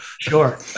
sure